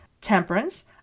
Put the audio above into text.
Temperance